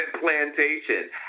plantation